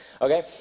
Okay